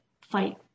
fight